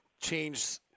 change